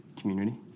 Community